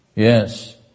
Yes